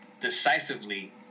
decisively